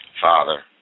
Father